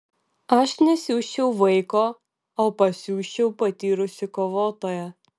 aš nesiųsčiau vaiko o pasiųsčiau patyrusį kovotoją